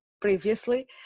previously